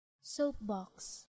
Soapbox